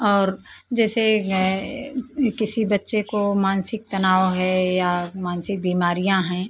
और जैसे किसी बच्चे को मानसिक तनाव है या मानसिक बीमारियाँ हैं